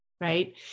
Right